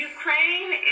Ukraine